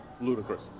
ludicrous